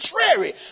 contrary